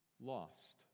lost